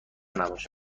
نباش